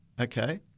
okay